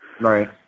Right